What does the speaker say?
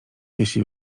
jeśli